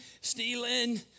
stealing